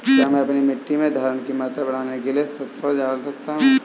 क्या मैं अपनी मिट्टी में धारण की मात्रा बढ़ाने के लिए सल्फर डाल सकता हूँ?